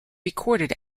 recorded